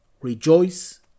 Rejoice